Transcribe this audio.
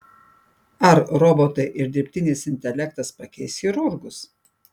ar robotai ir dirbtinis intelektas pakeis chirurgus